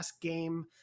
game